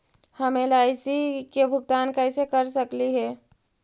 हम एल.आई.सी के भुगतान कैसे कर सकली हे?